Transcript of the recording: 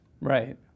Right